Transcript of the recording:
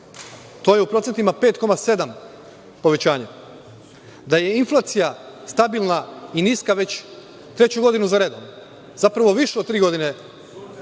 to je u procentima 5,7% povećanja. Inflacija je stabilna i niska već treću godinu za redom, zapravo više od tri godine